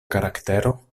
karaktero